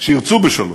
שירצו בשלום.